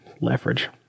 leverage